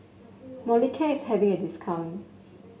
molicare is having a discount